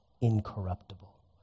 incorruptible